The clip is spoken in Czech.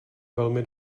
velmi